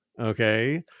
Okay